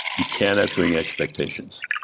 you cannot bring expectations,